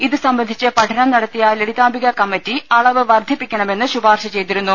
ഇത് സംബന്ധിച്ച് പഠനം നടത്തിയിലളിതാംബിക കമ്മറ്റി അളവ് വർദ്ധിപ്പിക്കണമെന്ന് ശുപാർശ ചെയ്തിരുന്നു